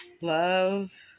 love